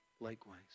likewise